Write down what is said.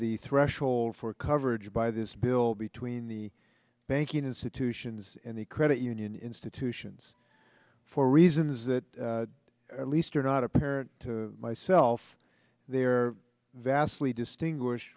the threshold for coverage by this bill between the banking institutions and the credit union institutions for reasons that at least are not apparent to myself they are vastly distinguish